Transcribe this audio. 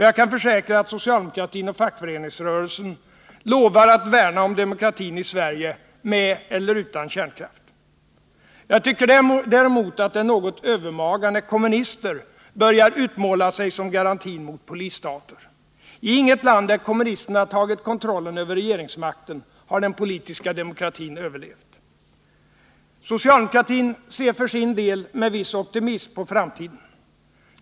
Jag kan försäkra att socialdemokratin och fackföreningsrörelsen lovar att värna om demokratin i Sverige med eller utan kärnkraft. Jag tycker däremot det är något övermaga när kommunister börjar utmåla sig som garantin mot polisstater. I inget land där kommunisterna tagit kontrollen över regeringsmakten har den politiska demokratin överlevt. Socialdemokratin ser för sin del med viss optimism på framtiden.